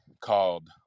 called